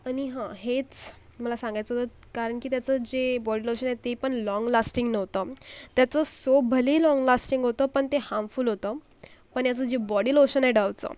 आणि हां हेच मला सांगायचं होतं कारण की त्याचं जे बॉडी लोशन आहे ते पण लॉन्ग लास्टिंग नव्हतं त्याचं सोप भलेही लॉन्ग लास्टिंग होतं पण ते हार्मफुल होतं पण ह्याचं जे बॉडी लोशन आहे डवचं